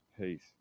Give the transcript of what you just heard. peace